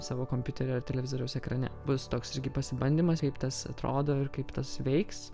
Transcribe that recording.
savo kompiuterio ar televizoriaus ekrane bus toks irgi pasibandymas kaip tas atrodo ir kaip tas veiks